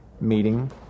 meeting